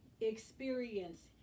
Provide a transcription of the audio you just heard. experience